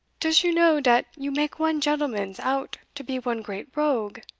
does you know dat you make one gentlemans out to be one great rogue?